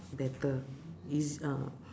better is ah